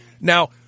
Now